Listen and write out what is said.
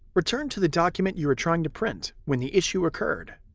return to the document you were trying to print when the issue occurred.